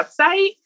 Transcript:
website